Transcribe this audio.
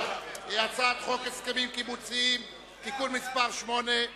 הצעת חוק הסכמים קיבוציים (תיקון מס' 8),